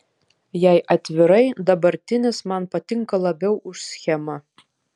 jei atvirai dabartinis man patinka labiau už schemą